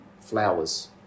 flowers